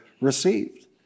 received